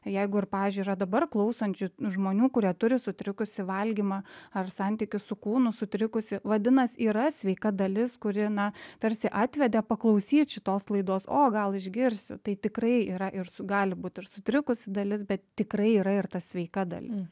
jeigu ir pavyzdžiui yra dabar klausančių žmonių kurie turi sutrikusį valgymą ar santykį su kūnu sutrikusį vadinasi yra sveika dalis kuri na tarsi atvedė paklausyt šitos laidos o gal išgirsiu tai tikrai yra ir su gali būti ir sutrikusi dalis bet tikrai yra ir ta sveika dalis